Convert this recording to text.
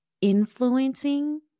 influencing